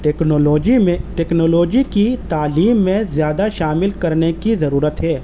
technology میں technology کی تعلیم میں زیادہ شامل کرنے کی ضرورت ہے